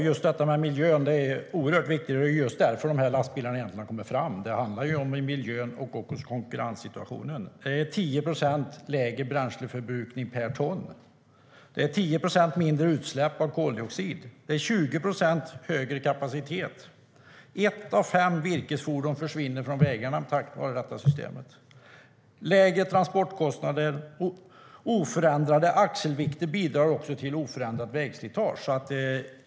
Herr talman! Just miljön är oerhört viktig. Det är egentligen därför som dessa lastbilar har kommit fram. Det handlar om miljön och om konkurrenssituationen. Det är 10 procent lägre bränsleförbrukning per ton, det är 10 procent mindre utsläpp av koldioxid, och det är 20 procent högre kapacitet. Ett av fem virkesfordon försvinner från vägarna tack vare detta system. Lägre transportkostnader och oförändrade axelvikter bidrar också till oförändrat vägslitage.